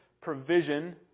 provision